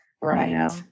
Right